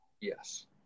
Yes